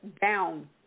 down